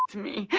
me.